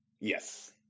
Yes